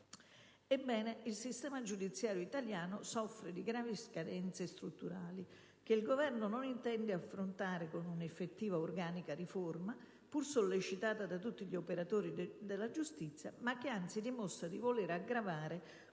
Ebbene, il sistema giudiziario italiano soffre di gravi carenze strutturali, che il Governo non intende affrontare con una effettiva organica riforma, pur sollecitata da tutti gli operatori della giustizia, ma che anzi dimostra di voler aggravare